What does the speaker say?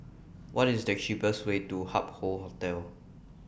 What IS The cheapest Way to Hup Hoe Hotel